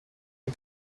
est